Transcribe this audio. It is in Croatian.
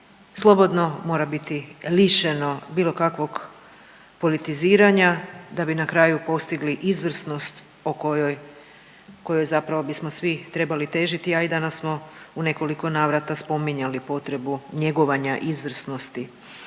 slobodno, mora biti lišeno bilo kakvog politiziranja da bi na kraju postigli izvrsnost o kojoj zapravo bismo svi trebali težiti, a i danas smo u nekoliko navrata spominjali potrebu njegovanja izvrsnosti